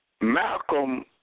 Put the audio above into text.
Malcolm